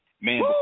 Man